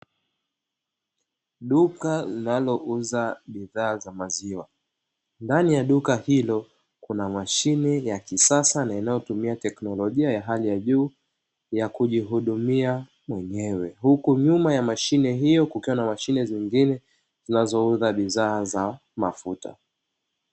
Duka linalouza bidhaa za maziwa, ndani ya duka hilo kuna mashine ya kisasa na inayotumia teknolojia ya hali ya juu, ya kujihudumia mwenyewe. Huku nyuma ya mashine hiyo kukiwa na mashine zingine, zinazouza bidhaa za mafuta.